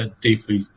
deeply